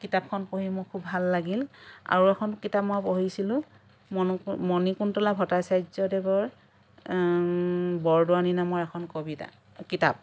কিতাপখন পঢ়ি মোৰ খুব ভাল লাগিল আৰু এখন কিতাপ মই পঢ়িছিলোঁ মণিকুন্তলা ভট্টাচাৰ্যদেৱৰ বৰদোৱানী নামৰ এখন কবিতা কিতাপ